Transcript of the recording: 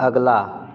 अगला